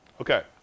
Okay